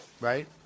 right